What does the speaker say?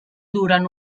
duren